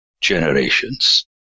generations